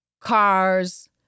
cars